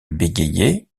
bégayait